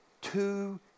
two